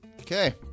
Okay